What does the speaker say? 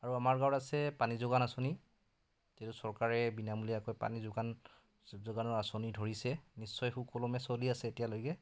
আৰু আমাৰ গাঁৱত আছে পানী যোগান আঁচনি যিটো চৰকাৰে বিনামূলীয়াকৈ পানী যোগান যোগানৰ আঁচনি ধৰিছে নিশ্চয় সুকলমে চলি আছে এতিয়ালৈকে